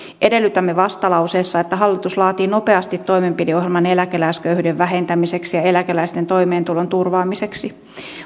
edellytämme vastalauseessa että hallitus laatii nopeasti toimenpideohjelman eläkeläisköyhyyden vähentämiseksi ja ja eläkeläisten toimeentulon turvaamiseksi